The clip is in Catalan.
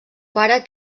pare